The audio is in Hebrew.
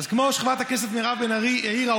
אז כמו שחברת הכנסת מירב בן ארי העירה,